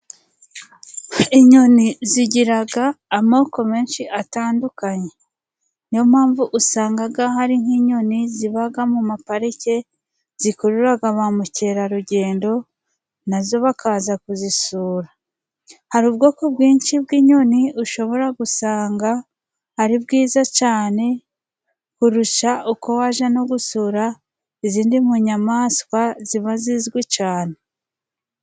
Inyoni zigiraga amoko menshi atandukanye. Ni yo mpamvu usanga hari nk'inyoni ziba mu maparike zikurura ba mukerarugendo na zo bakaza kuzisura. Hari ubwoko bwinshi bw'inyoni ushobora gusanga ari bwiza cyane kurusha uko waje no gusura izindi nyamaswa ziba zizwi cyane.